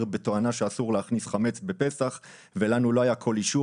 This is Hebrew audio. בתואנה שאסור להכניס חמץ בפסח ולנו לא היה כל אישור